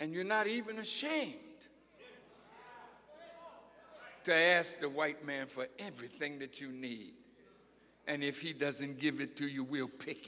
and you're not even a shame to ask a white man for everything that you need and if he doesn't give it to you we'll pick